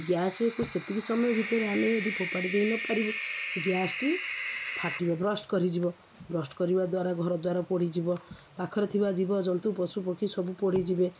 ଗ୍ୟାସକୁ ସେତିକି ସମୟ ଭିତରେ ଆମେ ଯଦି ଫୋପାଡ଼ି ଦେଇନପାରିବୁ ଗ୍ୟାସ୍ଟି ଫାଟିବ ବ୍ରଷ୍ଟ କରିଯିବ ବ୍ରଷ୍ଟ କରିବା ଦ୍ୱାରା ଘର ଦ୍ୱାରା ପୋଡ଼ିଯିବ ପାଖରେ ଥିବା ଜୀବଜନ୍ତୁ ପଶୁପକ୍ଷୀ ସବୁ ପୋଡ଼ିଯିବେ